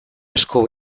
asko